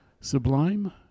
sublime